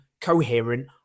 coherent